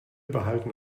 behalten